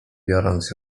biorąc